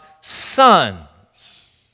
sons